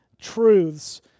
truths